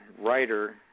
writer